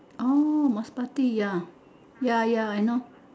orh must party ya ya ya I know